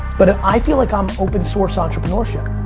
but ah i feel like i'm open source entrepreneurship.